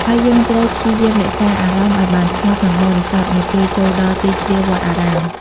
ហើយយើងត្រូវព្យាយាមរក្សាអារម្មណ៍ឲ្យបានស្ងប់ និងបរិសុទ្ធ នៅពេលចូលដល់ទីធាវត្តអារាម។